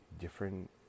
different